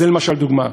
זאת למשל דוגמה.